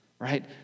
Right